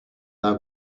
thou